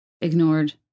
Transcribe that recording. ignored